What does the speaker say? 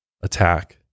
attack